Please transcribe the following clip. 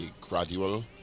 gradual